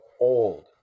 old